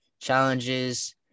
challenges